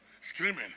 screaming